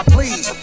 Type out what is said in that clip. Please